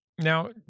Now